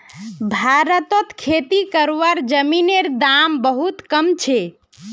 भारतत खेती करवार जमीनेर दाम बहुत कम छे